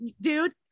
dude